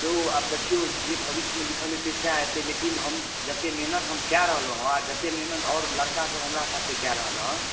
यौ आब देखिऔ जे भविष्य मे लिखल हेतै सएह हेतै लेकिन हम जत्ते मेहनत हम कए रहलहुॅं हँ आर जत्ते मेहनत लड़का सब हमरा साथे कए रहल हँ